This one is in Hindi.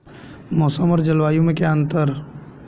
मौसम और जलवायु में क्या अंतर?